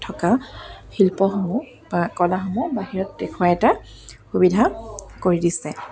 থকা শিল্পসমূহ বা কলাসমূহ বাহিৰত দেখুৱাই এটা সুবিধা কৰি দিছে